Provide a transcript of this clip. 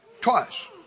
twice